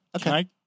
Okay